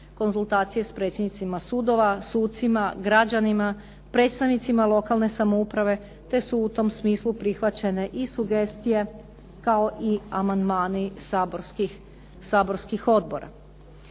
konzultacije s predsjednicima sudova, sucima, građanima, predstavnicima lokalne samouprave, te su u tom smislu prihvaćene i sugestije kao i amandmani saborskih odbora.